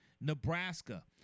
nebraska